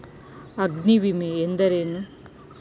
ಅಗ್ನಿವಿಮೆ ಎಂದರೇನು?